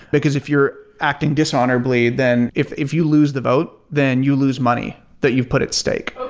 because if you're acting dishonorably, then if if you lose the vote, then you lose money that you've put at stake,